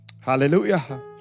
Hallelujah